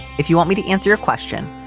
if you want me to answer your question,